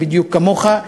בדיוק כמוך.